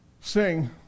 sing